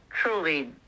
Truly